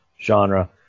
genre